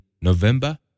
November